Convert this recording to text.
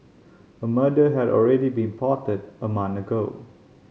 a murder had already been plotted a month ago